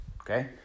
Okay